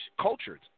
cultured